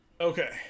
okay